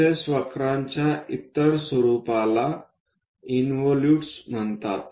विशेष वक्रच्या इतर स्वरूपाला इन्व्हॉलूट्स म्हणतात